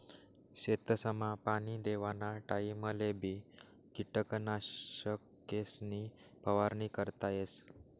शेतसमा पाणी देवाना टाइमलेबी किटकनाशकेसनी फवारणी करता येस